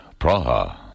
Praha